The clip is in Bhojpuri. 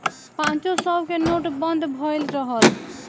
पांचो सौ के नोट बंद भएल रहल